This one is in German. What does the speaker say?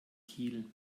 kiel